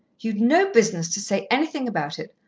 you'd no business to say anything about it.